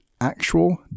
actual